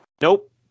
Nope